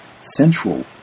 central